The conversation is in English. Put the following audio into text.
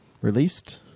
released